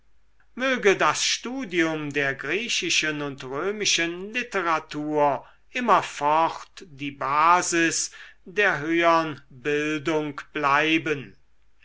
möge das studium der griechischen und römischen literatur immerfort die basis der höhern bildung bleiben